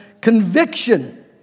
conviction